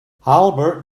albert